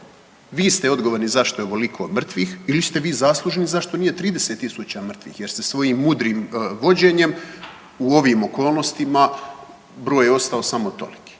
Vi ste odgovorni zašto je ovoliko mrtvih ili ste vi zaslužni zašto nije 30.000 mrtvih jer ste svojim mudrim vođenjem u ovim okolnostima broj je ostao samo toliki.